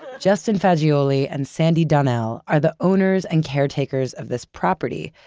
justin faggioli and sandy donnell are the owners and caretakers of this property,